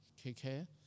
KK